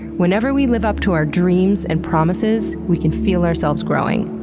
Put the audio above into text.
whenever we live up to our dreams and promises, we can feel ourselves growing.